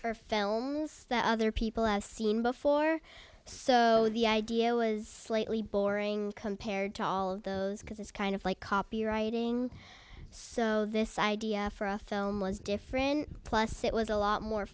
for films that other people as seen before so the idea was slightly boring compared to all of those because it's kind of like copyrighting so this idea for a film was different plus it was a lot more